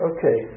Okay